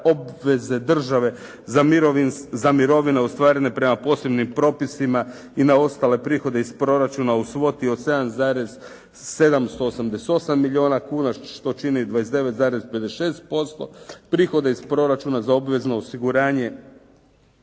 obveze države za mirovine ostvarene prema posebnim propisima i na ostale prihode iz proračuna u svoti od 7,788 milijuna kuna, što čini 29,56%. Prihode iz proračuna za obvezno osiguranje